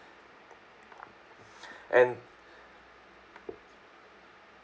and